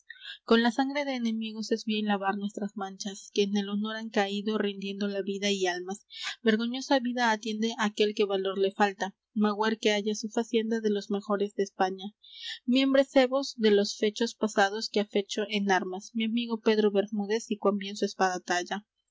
con la sangre de enemigos es bien lavar nuestras manchas que en el honor han caído rindiendo la vida y almas vergoñosa vida atiende aquel que valor le falta magüer que haya su facienda de los mejores de españa miémbresevos de los fechos pasados que ha fecho en armas mi amigo pedro bermúdez y